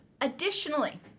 additionally